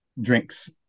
drinks